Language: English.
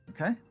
Okay